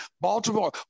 Baltimore